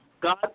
God